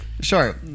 Sure